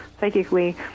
psychically